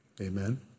Amen